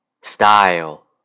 style